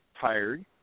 tired